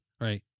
right